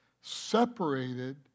separated